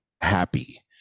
happy